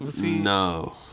no